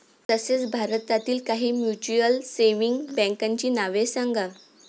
तसेच भारतातील काही म्युच्युअल सेव्हिंग बँकांची नावे सांगा